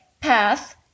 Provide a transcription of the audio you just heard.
Path